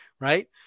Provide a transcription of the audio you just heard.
right